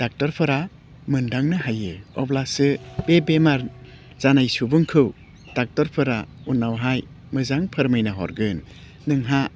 डाक्टरफोरा मोनदांनो हायो अब्लासो बे बेमार जानाय सुबुंखौ डाक्टरफोरा उनावहाय मोजां फोरमायना हरगोन नोंहा